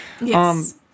Yes